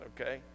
okay